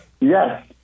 Yes